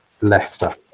leicester